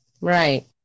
right